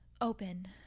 Open